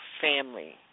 family